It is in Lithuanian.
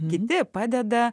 girdi padeda